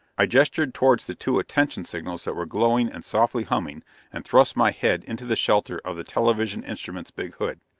i gestured towards the two attention signals that were glowing and softly humming and thrust my head into the shelter of the television instrument's big hood.